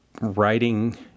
writing